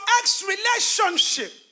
ex-relationship